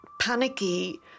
panicky